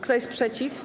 Kto jest przeciw?